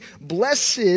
blessed